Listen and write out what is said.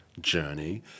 journey